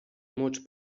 mots